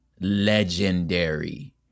legendary